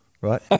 Right